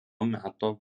meto